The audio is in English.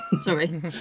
Sorry